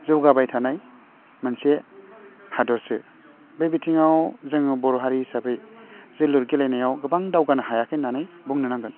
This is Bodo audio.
जौगाबाय थानाय मोनसे हादरसो बे बिथिंआव जोङो बर' हारि हिसाबै जोङो जोलुर गेलेनायाव गोबां दावगानो हायाखै होन्नानै बुंनो नांगोन